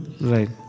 Right